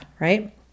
right